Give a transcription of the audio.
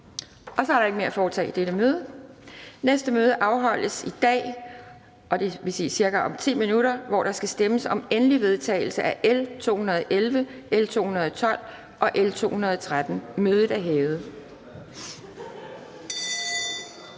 Der er ikke mere at foretage i dette møde. Næste møde afholdes i dag, om ca. 10 minutter, hvor der skal stemmes om den endelige vedtagelse af L 211, L 212 og L 213. Mødet er hævet.